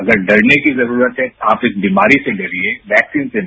अगर डरने की जरूरत है आप इस बीमारी से डरिए वैक्सीन से नहीं